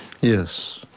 Yes